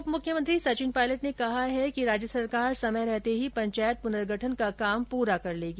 उप मुख्यमंत्री सचिन पायलट ने कहा है कि सरकार समय रहते ही पंचायत पुनर्गठन का काम पूरा कर लेगी